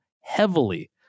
heavily